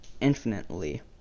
infinitely